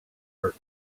art